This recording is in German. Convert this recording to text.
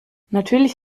natürlich